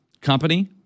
company